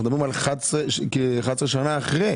אנחנו מדברים על 11 שנה אחרי.